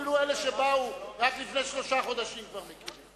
אפילו אלה שבאו רק לפני שלושה חודשים כבר מכירים.